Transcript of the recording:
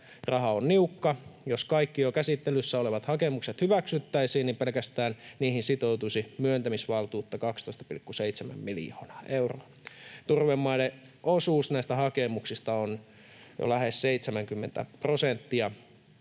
on niukka. Jos kaikki jo käsittelyssä olevat hakemukset hyväksyttäisiin, niin pelkästään niihin sitoutuisi myöntämisvaltuutta 12,7 miljoonaa euroa. Turvemaiden osuus näistä hakemuksista on jo lähes 70 prosenttia.